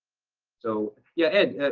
so yeah, ed,